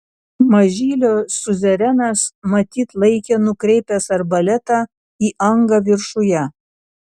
mažylio siuzerenas matyt laikė nukreipęs arbaletą į angą viršuje